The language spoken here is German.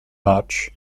march